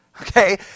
Okay